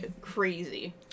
crazy